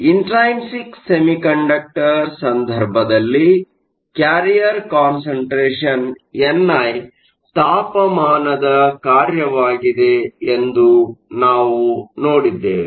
intrinsic semiconductor ಸಂದರ್ಭದಲ್ಲಿ carrier concentration n i ತಾಪಮಾನದ ಕಾರ್ಯವಾಗಿದೆ ಎಂದು ನಾವು ನೋಡಿದ್ದೇವೆ